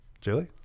Julie